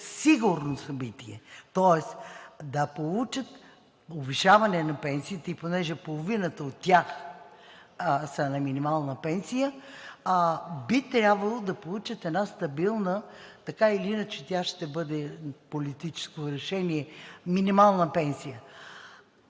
сигурно събитие, тоест да получат повишаване на пенсиите. Понеже половината от тях са на минимална пенсия, би трябвало да получат една стабилна – така или иначе тя ще бъде политическо решение – минимална пенсия.